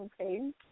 Okay